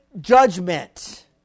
Judgment